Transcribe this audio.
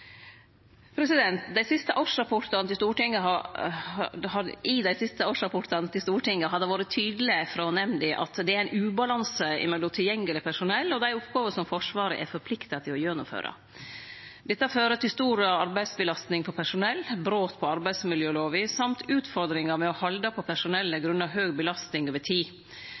dei siste årsrapportane til Stortinget har det vore tydeleg frå nemnda at det er ein ubalanse mellom tilgjengeleg personell og dei oppgåvene som Forsvaret er forplikta til å gjennomføre. Dette fører til stor arbeidsbelasting på personell, brot på arbeidsmiljølova og dessutan utfordringar med å halde på personellet på grunn av høg belasting over tid.